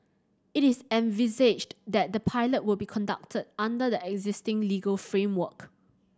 it is envisaged that the pilot will be conducted under the existing legal framework